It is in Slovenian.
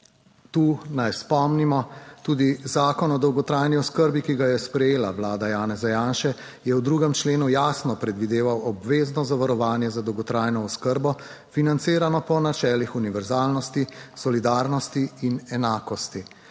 Tu naj spomnimo, tudi Zakon o dolgotrajni oskrbi, ki ga je sprejela vlada Janeza Janše, je v 2. členu jasno predvideval obvezno zavarovanje za dolgotrajno oskrbo, financirano po načelih univerzalnosti, solidarnosti in enakosti,